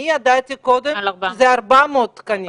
אני ידעתי קודם על 400 תקנים.